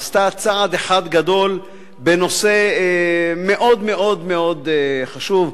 עשתה צעד אחד גדול בנושא מאוד מאוד מאוד חשוב.